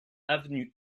avenue